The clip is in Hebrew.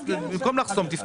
במקום לחסום, תפתחו.